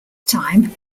time